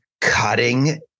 cutting